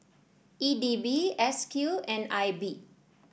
E D B S Q and I B